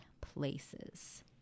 places